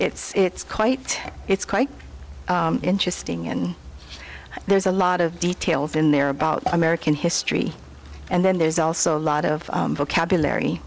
test it's quite it's quite interesting and there's a lot of details in there about american history and then there's also a lot of vocabulary